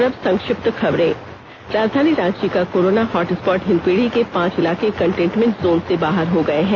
और अब संक्षिप्त खबर राजधानी रांची का कोरोना हॉटस्पॉट हिंदपीढ़ी के पांच इलाके कंटेनमेंट जोन से बाहर हो गए हैं